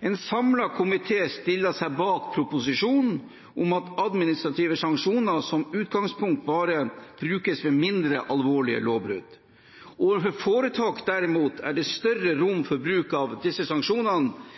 En samlet komité stiller seg bak proposisjonen om at administrative sanksjoner som utgangspunkt bare brukes ved mindre alvorlige lovbrudd. Overfor foretak, derimot, er det større rom for bruk av disse sanksjonene,